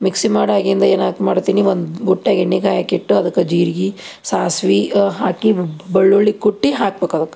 mixie ಮಾಡಾಗಿಂದು ಏನಾತು ಮಾಡ್ತೀನಿ ಒಂದು ಬುಟ್ಯಾಗ ಎಣ್ಣೆ ಕಾಯಕ್ಕಿಟ್ಟು ಅದಕ್ಕೆ ಜೀರ್ಗೆ ಸಾಸ್ವೆ ಹಾಕಿ ಬೆಳ್ಳುಳ್ಳಿ ಕುಟ್ಟಿ ಹಾಕ್ಬೇಕದಕ್ಕೆ